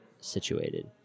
situated